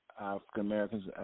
African-Americans